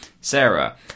Sarah